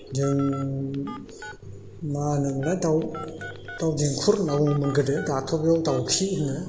जों मा होनोमोनलाय दाउ दाउ दिंखुर होनना बुङोमोन गोदो दाथ' बेयाव दाउखि होनो